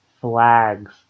flags